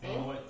oh